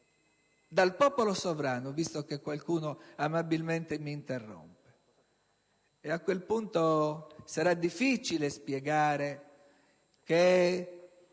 Al popolo sovrano, visto che qualcuno amabilmente mi interrompe. E a quel punto sarà difficile spiegare che